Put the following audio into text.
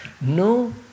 no